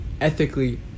ethically